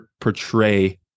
portray